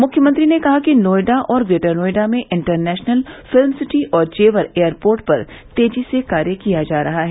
मुख्यमंत्री ने कहा कि नोएडा और ग्रेटर नोएडा में इंटरनेशनल फिल्म सिटी और जेवर एयरपोर्ट पर तेजी से कार्य किया जा रहा है